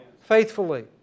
faithfully